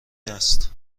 است